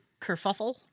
kerfuffle